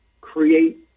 create